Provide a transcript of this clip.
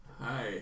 Hi